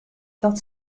dat